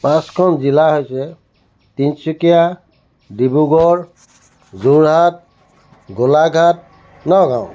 পাঁচখন জিলা হৈছে তিনচুকীয়া ডিব্ৰুগড় যোৰহাট গোলাঘাট নগাঁও